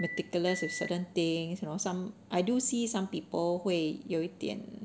meticulous with certain things you know some I do see some people 会有一点